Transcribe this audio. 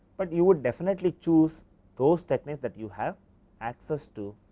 but you would definitely choose those technique that you have access to,